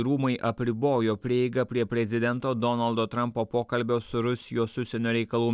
rūmai apribojo prieigą prie prezidento donaldo trampo pokalbio su rusijos užsienio reikalų